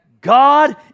God